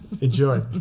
enjoy